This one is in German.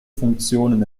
funktionen